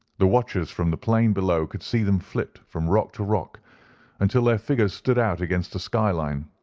the watchers from the plain below could see them flit from rock to rock until their figures stood out against the skyline.